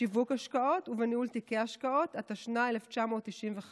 בשיווק השקעות ובניהול תיקי השקעות, התשנ"ה 1995,